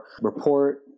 report